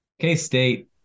K-State